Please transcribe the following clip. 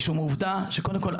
משום העובדה שקודם כל,